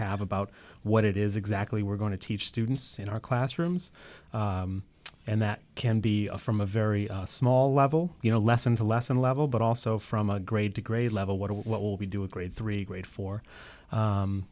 have about what it is exactly we're going to teach students in our classrooms and that can be from a very small level you know less and less and level but also from a grade to grade level what what will we do a grade three grade four